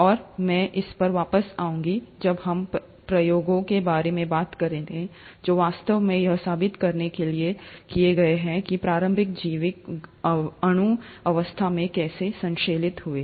और मैं इस पर वापस आऊंगा जब हम प्रयोगों के बारे में बात करते हैं जो वास्तव में यह साबित करने के लिए चलते हैं कि प्रारंभिक जैविक अणु वास्तव में कैसे संश्लेषित हुए